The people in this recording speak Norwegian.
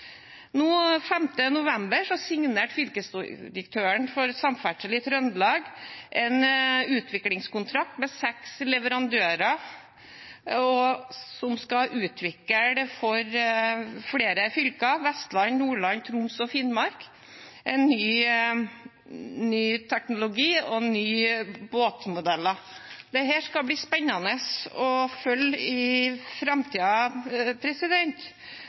november i fjor signerte fylkesdirektøren for samferdsel i Trøndelag en utviklingskontrakt med seks leverandører som for flere fylker – Vestland, Nordland, Troms og Finnmark – skal utvikle en ny teknologi og nye båtmodeller. Dette skal bli spennende å følge i